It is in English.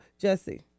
Jesse